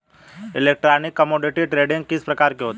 Electronic commodity trading किस प्रकार होती है?